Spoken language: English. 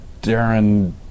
Darren